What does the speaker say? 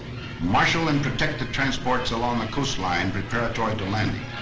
marshal and protect the transports along the coastline preparatory to landing,